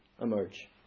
emerge